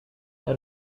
how